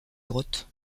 grotte